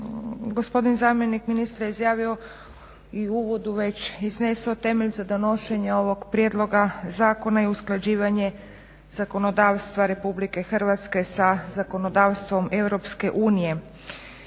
gospodin zamjenik ministra izjavio i u uvodu već iznio temelj za donošenje ovog prijedloga zakona i usklađivanje zakonodavstva RH sa zakonodavstvom EU. Važeći